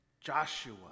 Joshua